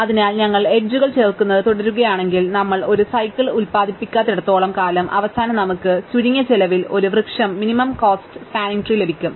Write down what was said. അതിനാൽ ഞങ്ങൾ എഡ്ജുകൾ ചേർക്കുന്നത് തുടരുകയാണെങ്കിൽ നമ്മൾ ഒരു സൈക്കിൾ ഉൽപാദിപ്പിക്കാത്തിടത്തോളം കാലം അവസാനം നമുക്ക് ചുരുങ്ങിയ ചിലവിൽ ഒരു വൃക്ഷം മിനിമം കോസ്റ് സ്പാനിങ് ട്രീ ലഭിക്കും